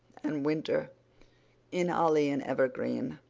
and winter in holly and evergreen.